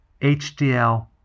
HDL